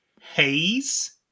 haze